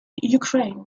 ukraine